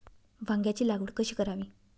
वांग्यांची लागवड कशी करावी?